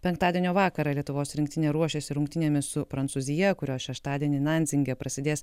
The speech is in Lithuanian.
penktadienio vakarą lietuvos rinktinė ruošiasi rungtynėmis su prancūzija kurios šeštadienį nandzinge prasidės